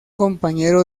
compañero